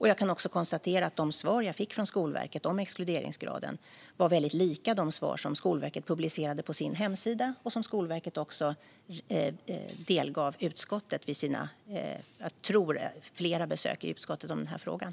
Jag kan också konstatera att de svar jag fick från Skolverket om exkluderingsgraden var väldigt lika de svar som Skolverket publicerade på sin hemsida och som Skolverket också delgav utskottet vid sina flertaliga besök i utskottet om den här frågan.